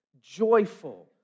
joyful